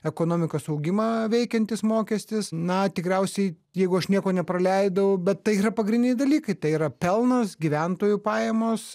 ekonomikos augimą veikiantis mokestis na tikriausiai jeigu aš nieko nepraleidau bet tai yra pagrindiniai dalykai tai yra pelnas gyventojų pajamos